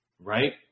right